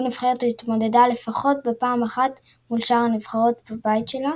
כל נבחרת התמודדה לפחות פעם אחת מול שאר הנבחרות מהבית שלה,